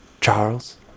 Charles